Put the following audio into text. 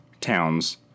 towns